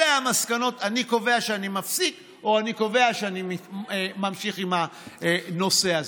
אלה המסקנות ואני קובע שאני מפסיק או אני קובע שאני ממשיך עם הנושא הזה.